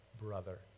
brother